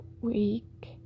week